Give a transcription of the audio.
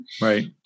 Right